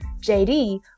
JD